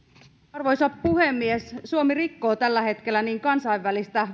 arvoisa puhemies suomi rikkoo tällä hetkellä niin kansainvälistä